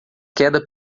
queda